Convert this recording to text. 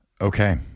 Okay